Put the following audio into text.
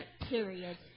Period